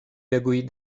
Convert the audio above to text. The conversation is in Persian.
بگویید